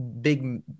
big